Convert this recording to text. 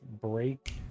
break